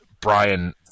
Brian